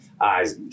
eyes